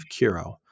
Curo